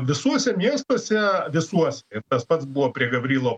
visuose miestuose visuos tas pats buvo prie gavrilo